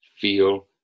feel